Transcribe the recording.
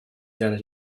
that